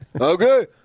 Okay